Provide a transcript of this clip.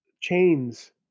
Chains